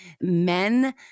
Men